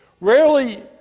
Rarely